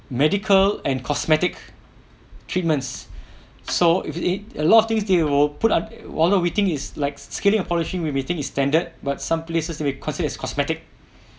medical and cosmetic treatments so if it a lot of things they will put up one of the thing is like scaling or polishing we may think is standard but some places they may consider as cosmetic